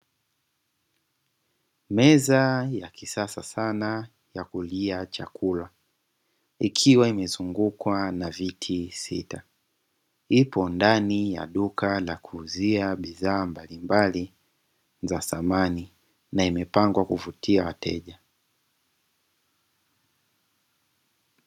Meza ya kisasa sana ya kulia chakula ikiwa imezungukwa na viti sita. Ipo ndani ya duka la kuuzia bidhaa mbalimbali za samani na imepangwa kuvutia wateja.